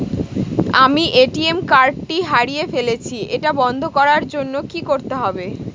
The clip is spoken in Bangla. আমি এ.টি.এম কার্ড টি হারিয়ে ফেলেছি এটাকে বন্ধ করার জন্য কি করতে হবে?